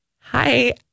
Hi